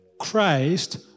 Christ